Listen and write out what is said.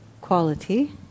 quality